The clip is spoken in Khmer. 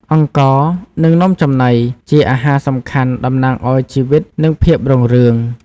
អង្ករ និងនំចំណី ជាអាហារសំខាន់ តំណាងឱ្យជីវិត និងភាពរុងរឿង។